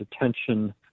attention